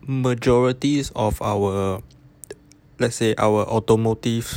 majorities of our let's say our automotive